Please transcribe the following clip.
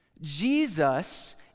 Jesus